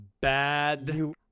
Bad